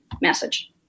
message